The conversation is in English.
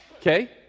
Okay